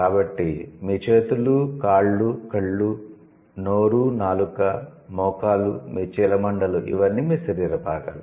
కాబట్టి మీ చేతులు కాళ్ళు కళ్ళు నోరు నాలుక మోకాలు మీ చీలమండలు ఇవన్నీ మీ శరీర భాగాలు